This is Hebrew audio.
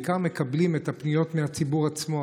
בעיקר מקבלים את הפניות מהציבור עצמו,